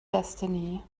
destiny